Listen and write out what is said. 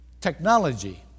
technology